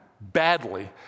badly